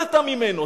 שנולדת ממנו.